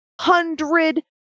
hundred